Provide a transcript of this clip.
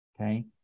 Okay